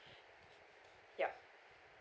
yup